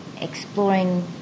exploring